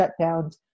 shutdowns